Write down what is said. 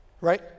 Right